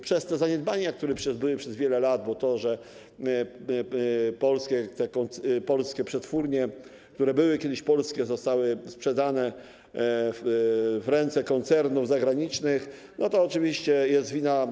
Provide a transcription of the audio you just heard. Przez te zaniedbania, które były przez wiele lat, bo to, że polskie przetwórnie, które były kiedyś polskie, zostały sprzedane w ręce koncernów zagranicznych, to oczywiście jest wina.